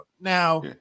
Now